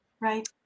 Right